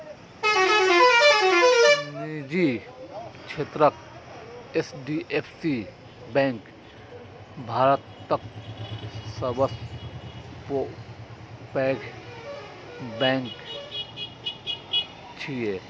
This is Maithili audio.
निजी क्षेत्रक एच.डी.एफ.सी बैंक भारतक सबसं पैघ बैंक छियै